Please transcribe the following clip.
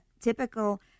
typical –